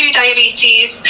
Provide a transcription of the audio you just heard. diabetes